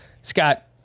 Scott